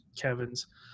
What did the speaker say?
Kevin's